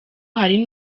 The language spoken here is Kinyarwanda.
hari